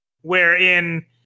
Wherein